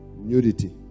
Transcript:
nudity